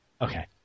Okay